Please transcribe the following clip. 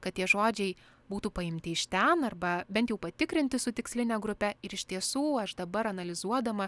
kad tie žodžiai būtų paimti iš ten arba bent jau patikrinti su tiksline grupe ir iš tiesų aš dabar analizuodama